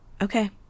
Okay